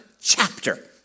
chapter